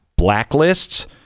blacklists